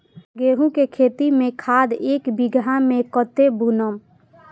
गेंहू के खेती में खाद ऐक बीघा में कते बुनब?